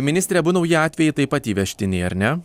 ministre abu nauji atvejai taip pat įvežtiniai ar ne